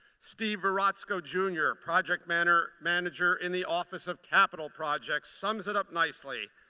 steve verotsco, jr, project manager manager in the office of capital projects, sums it up nicely.